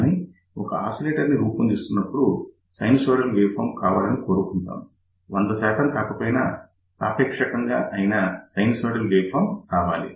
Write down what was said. కానీ ఒక ఆసిలేటర్ రూపొందిస్తున్నపుడు సైనసోయిడల్ వేవ్ ఫార్మ్ రావాలని కోరుకుంటాం 100 కాకపోయినా సాపేక్షంగా అయినా సైనసోయిడల్ వేవ్ ఫార్మ్ రావాలి